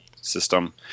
system